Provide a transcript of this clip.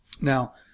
Now